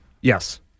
Yes